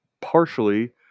partially